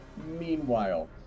Meanwhile